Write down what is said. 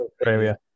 Australia